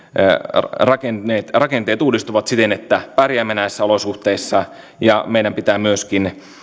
rakenteet rakenteet uudistuvat siten että pärjäämme näissä olosuhteissa meidän pitää myöskin